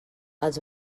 els